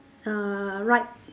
uh right